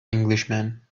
englishman